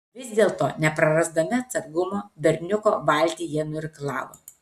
vis dėlto neprarasdami atsargumo berniuko valtį jie nuirklavo